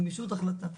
גמישות החלטה.